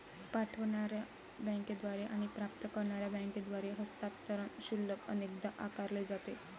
पाठवणार्या बँकेद्वारे आणि प्राप्त करणार्या बँकेद्वारे हस्तांतरण शुल्क अनेकदा आकारले जाते